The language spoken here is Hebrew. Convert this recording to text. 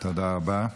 תודה רבה.